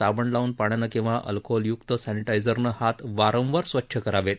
साबण लावून पाण्यानं किंवा अल्कोहोलयुक्त सॅनिटाइझरनं हात वारंवार स्वच्छ करावेत